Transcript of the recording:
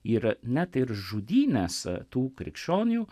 ir net ir žudynės tų krikščionių